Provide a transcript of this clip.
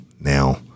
Now